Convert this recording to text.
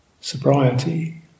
sobriety